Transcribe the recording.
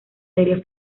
serie